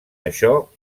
això